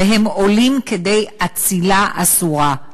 והם עולים כדי "אצילה אסורה".